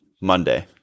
Monday